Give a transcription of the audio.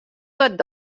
wat